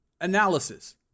analysis